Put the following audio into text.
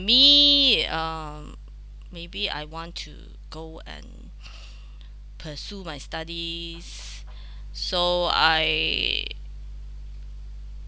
me um maybe I want to go and pursue my studies so I